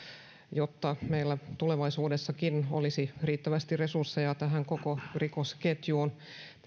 jotta meillä tulevaisuudessakin olisi riittävästi resursseja koko rikosketjuun